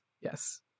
yes